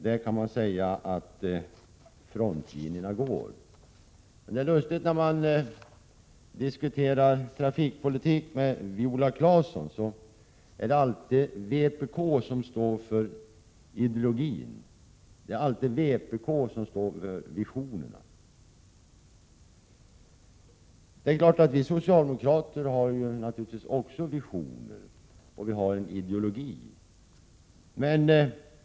På det sättet går frontlinjerna mellan partierna. När man diskuterar trafikpolitik med Viola Claesson framhåller hon alltid att det är vpk som står för ideologin och för visionerna, men självfallet har också vi socialdemokrater visioner och en ideologi.